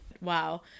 Wow